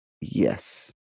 Yes